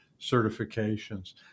certifications